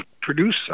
produce